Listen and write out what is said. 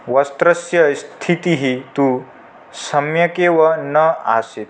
वस्त्रस्य स्थितिः तु सम्यगेव न आसीत्